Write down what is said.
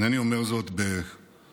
אינני אומר זאת בשיח